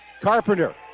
Carpenter